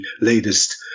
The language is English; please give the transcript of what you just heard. latest